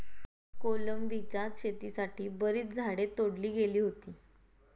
कोलंबीच्या शेतीसाठी बरीच झाडे तोडली गेली होती